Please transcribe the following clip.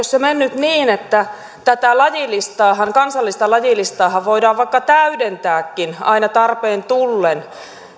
se menee niin että tätä kansallista lajilistaahan voidaan vaikka täydentääkin aina tarpeen tullen